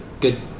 Good